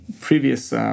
previous